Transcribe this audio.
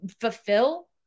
fulfill